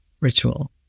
ritual